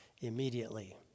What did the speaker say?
immediately